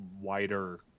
wider